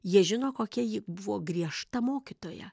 jie žino kokia ji buvo griežta mokytoja